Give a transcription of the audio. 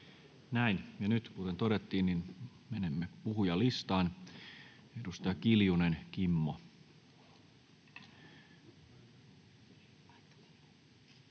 Näin. — Ja nyt, kuten todettiin, menemme puhujalistaan. — Edustaja Aittakumpu.